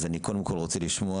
אז אני קודם כל רוצה לשמוע,